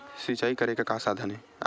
सिंचाई करे के का साधन हे?